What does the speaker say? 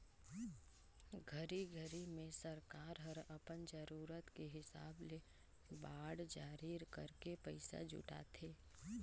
घरी घरी मे सरकार हर अपन जरूरत के हिसाब ले बांड जारी करके पइसा जुटाथे